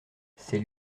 c’est